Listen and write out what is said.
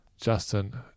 Justin